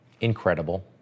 incredible